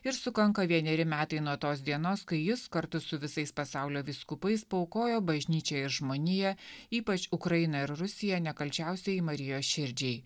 ir sukanka vieneri metai nuo tos dienos kai jis kartu su visais pasaulio vyskupais paaukojo bažnyčią ir žmoniją ypač ukrainą ir rusiją nekalčiausiajai marijos širdžiai